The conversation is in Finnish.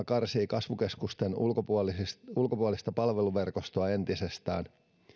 karsii kasvukeskusten ulkopuolista ulkopuolista palveluverkostoa entisestään